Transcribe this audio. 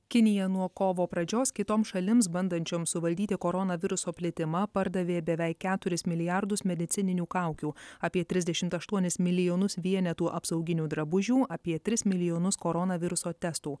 kinija nuo kovo pradžios kitoms šalims bandančioms suvaldyti koronaviruso plitimą pardavė beveik keturis milijardus medicininių kaukių apie trisdešimt aštuonis milijonus vienetų apsauginių drabužių apie tris milijonus koronaviruso testų